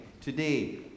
today